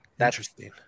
Interesting